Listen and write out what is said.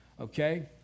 Okay